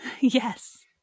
Yes